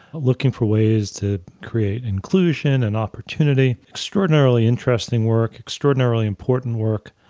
looking for ways to create inclusion and opportunity, extraordinarily interesting work, extraordinarily important work.